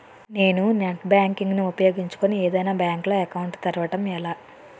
నేను net banking ను ఉపయోగించుకుని ఏదైనా బ్యాంక్ లో అకౌంట్ తెరవడం ఎలా?